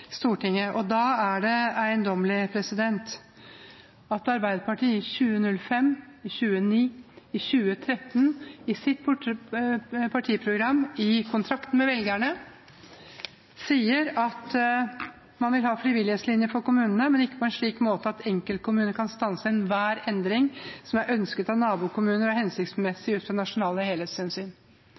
Stortinget. Da er det eiendommelig at Arbeiderpartiet i 2005, i 2009 og i 2013 i sitt partiprogram i kontrakt med velgerne sier at man vil ha frivillighetslinje for kommunene, «men ikke på en slik måte at enkeltkommuner kan stanse enhver endring som er ønsket av nabokommuner og er hensiktsmessig ut fra nasjonale helhetshensyn».